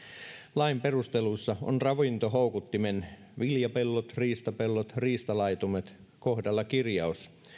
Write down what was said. lain perusteluissa on ravintohoukuttimien viljapellot riistapellot riistalaitumet kohdalla kirjaus